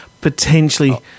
potentially